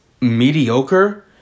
mediocre